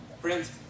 Friends